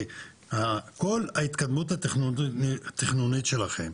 כי כל ההתקדמות התכנונית שלכם,